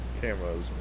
cameras